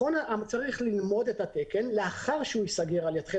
מכון צריך ללמוד את התקן, לאחר שייסגר על ידיכם